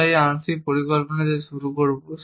আমরা এই আংশিক পরিকল্পনা দিয়ে শুরু করব